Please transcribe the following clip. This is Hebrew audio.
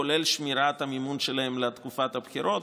כולל שמירת המימון שלהם לתקופת הבחירות.